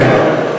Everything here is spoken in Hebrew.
רגע.